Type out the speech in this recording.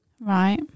Right